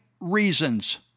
reasons